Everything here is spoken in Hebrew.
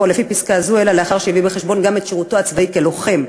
לפי פסקה זו אלא לאחר שהביא בחשבון גם את שירותו הצבאי כלוחם,